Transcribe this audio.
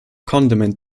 condiment